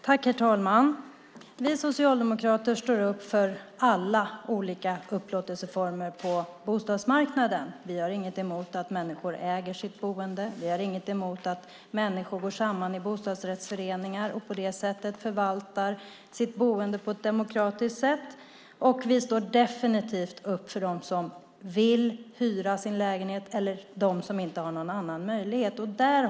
Herr talman! Vi socialdemokrater står upp för alla olika upplåtelseformer på bostadsmarknaden. Vi har inget emot att människor äger sitt boende. Vi har inget emot att människor går samman i bostadsrättsföreningar och på det sättet förvaltar sitt boende på ett demokratiskt sätt. Och vi står definitivt upp för dem som vill hyra sin lägenhet - eller inte har någon annan möjlighet än att hyra.